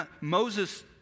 Moses